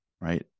right